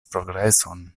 progreson